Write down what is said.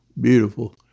beautiful